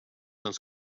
als